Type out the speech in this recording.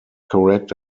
correct